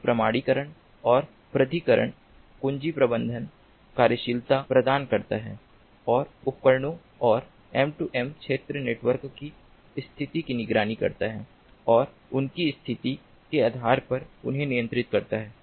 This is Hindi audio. यह प्रमाणीकरण और प्राधिकरण कुंजी प्रबंधन कार्यशीलता प्रदान करता है और उपकरणों और M2M क्षेत्र नेटवर्क की स्थिति की निगरानी करता है और उनकी स्थिति के आधार पर उन्हें नियंत्रित करता है